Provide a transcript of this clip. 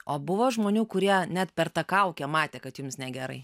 o buvo žmonių kurie net per tą kaukę matė kad jums negerai